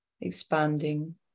expanding